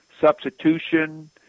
substitution